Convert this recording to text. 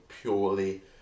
purely